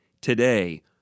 today